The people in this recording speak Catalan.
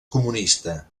comunista